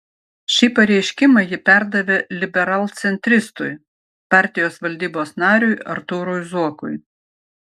šį pareiškimą ji perdavė liberalcentristui partijos valdybos nariui artūrui zuokui